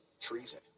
treason